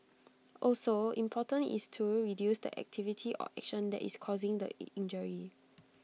also important is to reduce the activity or action that is causing the injury